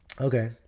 okay